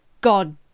god